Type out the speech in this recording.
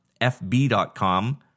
fb.com